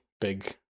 big